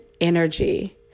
energy